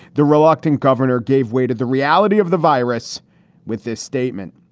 the reluctant governor gave way to the reality of the virus with this statement,